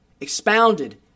expounded